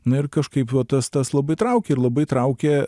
na ir kažkaip va tas tas labai traukė ir labai traukė